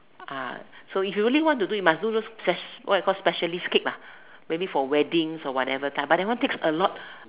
so if you really want to do you must do those spec~ what you call specialist cakes ah maybe for weddings or whatever but that one takes a lot